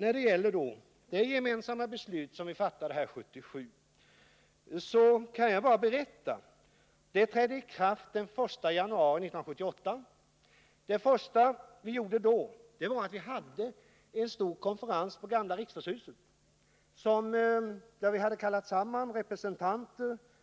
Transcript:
När det gäller de gemensamma beslut vi fattade 1977 kan jag berätta att de trädde i kraft den 1 januari 1978. Det första vi då gjorde var sammankallandet av en stor konferens i gamla riksdagshuset. Till denna hade vi kallat samman